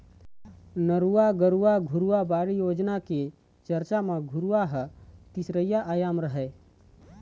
नरूवा, गरूवा, घुरूवा, बाड़ी योजना के चरचा म घुरूवा ह तीसरइया आयाम हरय